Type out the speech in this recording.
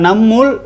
Namul